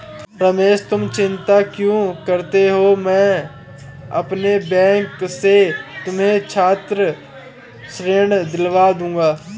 रमेश तुम चिंता क्यों करते हो मैं अपने बैंक से तुम्हें छात्र ऋण दिलवा दूंगा